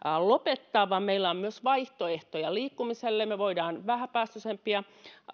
lopettaa vaan meillä on myös vaihtoehtoja liikkumiselle me voimme vähäpäästöisempää